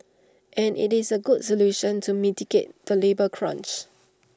and IT is A good solution to mitigate the labour crunch